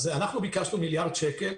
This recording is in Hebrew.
אנחנו ביקשנו מיליארד שקל,